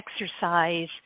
exercise